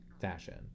fashion